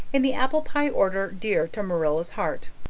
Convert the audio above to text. in the apple pie order dear to marilla's heart.